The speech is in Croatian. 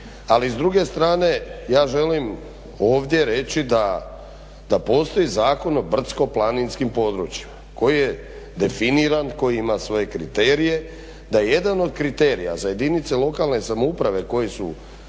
Ali s druge strane, ja želim ovdje reći da postoji Zakon o brdsko-planinskim područjima koji je definiran, koji ima svoje kriterije. Da je jedan od kriterija za jedinice lokalne samouprave koje su